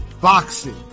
boxing